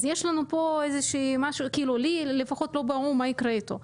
אז יש לנו פה משהו שלי לפחות לא ברור מה יקרה איתו.